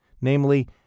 namely